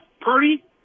Purdy